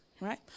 right